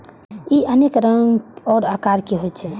ई अनेक रंग आ आकारक होइ छै